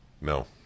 No